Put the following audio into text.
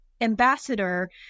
ambassador